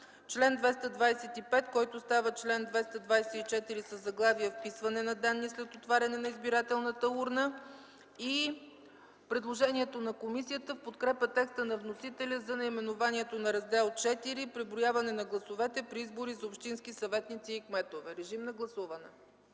чл. 225, който става чл. 224 със заглавие „Вписване на данни след отваряне на избирателната урна”, и предложението на комисията в подкрепа текста на вносителя за наименованието на Раздел ІV „Преброяване на гласовете при избори за общински съветници и кметове”. Гласували